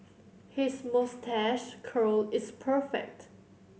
his moustache curl is perfect